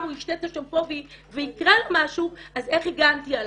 הוא ישתה את השמפו ויקרה לו משהו אז איך הגנתי אליו.